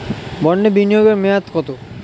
বন্ডে বিনিয়োগ এর মেয়াদ কত?